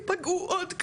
תודה לך.